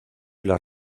las